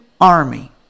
army